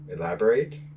elaborate